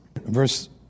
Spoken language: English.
Verse